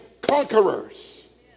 conquerors